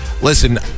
Listen